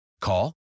Call